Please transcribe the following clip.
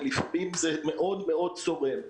ולפעמים זה מאוד מאוד צורם.